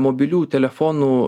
mobilių telefonų